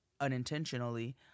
unintentionally